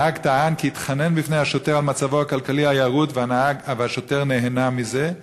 הנהג טען כי התחנן בפני השוטר על מצבו הכלכלי הירוד והשוטר נהנה מזה.